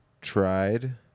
tried